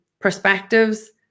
perspectives